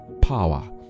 power